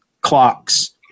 clocks